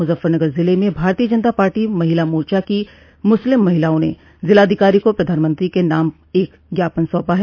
मुजफ्फरनगर जिले में भारतीय जनता पार्टी महिला मोर्चा की मुस्लिम महिलाओं ने जिलाधिकारी को प्रधानमंत्री के नाम एक ज्ञापन सौंपा है